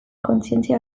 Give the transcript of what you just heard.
kontzientzia